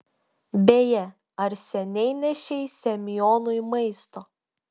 beje ar seniai nešei semionui maisto